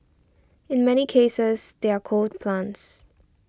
in many cases they're coal plants